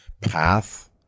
path